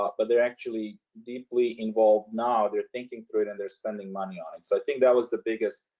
but but they're actually deeply involved now. they're thinking through it, and they're spending money on it. so i think that was the biggest,